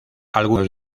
algunos